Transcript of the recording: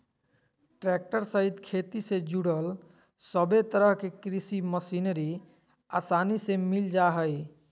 tractor सहित खेती से जुड़ल सभे तरह के कृषि मशीनरी आसानी से मिल जा हइ